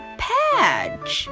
patch